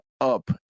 up